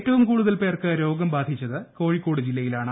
ഏറ്റവും കൂടുതൽ പേർക്ക് രോഗബാധിതരുള്ളത് കോഴിക്കോട് ജില്ലയിലാണ്